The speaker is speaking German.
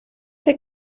der